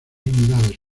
unidades